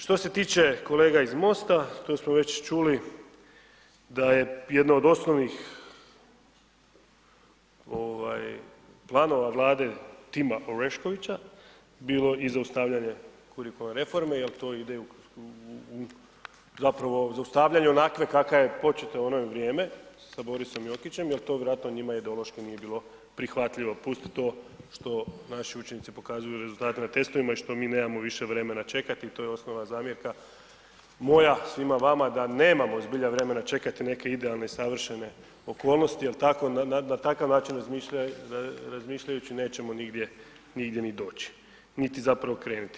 Što se tiče kolega iz MOST-a, to smo već čuli da je jedno od osnovnih planova Vlade, tima Oreškovića bilo i zaustavljanje kurikularne reforme jer to ide zapravo, zaustavljanje onakve kakva je početa u ono vrijeme sa Borisom Jokićem jer to vjerovatno njima ideološki njima nije bilo prihvatljivo, pusti to što našu učenici pokazuju rezultate na testovima i što mi nemamo vremena više čekati i to je osnovna zamjerka moja svima vama da nemamo zbilja vremena čekati neke idealne savršene okolnosti jer na takav način razmišljajući nećemo nigdje ni doći niti zapravo krenuti.